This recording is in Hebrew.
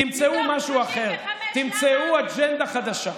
תמצאו משהו אחר, תמצאו אג'נדה חדשה.